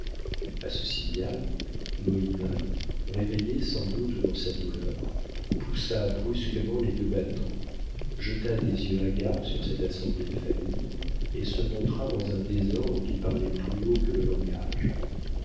a ce signal moïna réveillée sans doute dans sa douleur poussa brusquement les deux battants jeta des yeux hagards sur cette assemblée de famille et se montra dans un désordre qui parlait plus haut que le langage